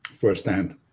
firsthand